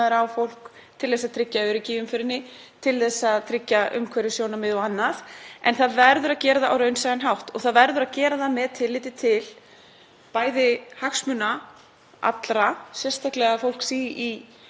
til hagsmuna allra, sérstaklega fólks sem er kannski ekki í bestri stöðu til að eltast við einkarekna þjónustu, og með það fyrir augum að það sé